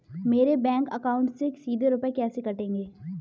मेरे bank account से सीधे रुपए कैसे कटेंगे?